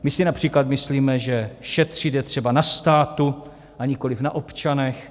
My si například myslíme, že šetřit je třeba na státu, a nikoli na občanech.